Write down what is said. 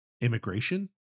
immigration